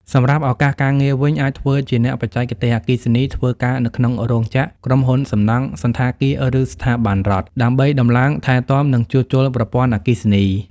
សម្រាប់់ឪកាសការងារវិញ អាចធ្វើជាអ្នកបច្ចេកទេសអគ្គិសនីធ្វើការនៅក្នុងរោងចក្រ ក្រុមហ៊ុនសំណង់ សណ្ឋាគារ ឬស្ថាប័នរដ្ឋ ដើម្បីតំឡើង ថែទាំ និងជួសជុលប្រព័ន្ធអគ្គិសនី។